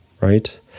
right